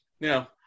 Now